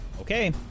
Okay